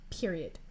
period